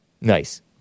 Nice